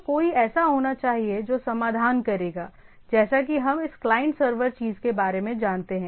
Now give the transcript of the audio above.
तो कोई ऐसा होना चाहिए जो समाधान करेगा जैसा कि हम इस क्लाइंट सर्वर चीज़ के बारे में जानते हैं